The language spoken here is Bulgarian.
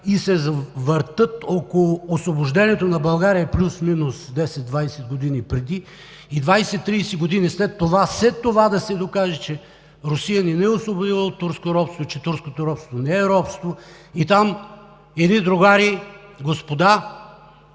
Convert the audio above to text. и се въртят около Освобождението на България – плюс минус 10, 20 години преди и 20, 30 години след това – да се докаже, че Русия не ни е освободила от турско робство и че турското робство не е робство. И там едни другари, господа